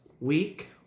week